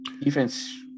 Defense